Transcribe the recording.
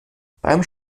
beim